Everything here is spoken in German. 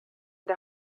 der